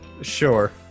Sure